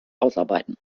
ausarbeiten